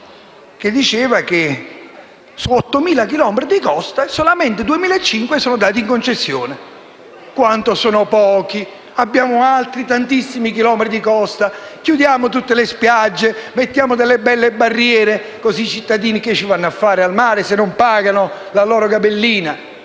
la quale su 8.000 chilometri di costa, solo 2.500 sono dati in concessione. Quanto sono pochi! Abbiamo tantissimi chilometri di costa: chiudiamo tutte le spiagge, mettiamo delle belle barriere, così i cittadini che vanno a fare al mare, se non pagano la loro "gabellina".